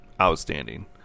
outstanding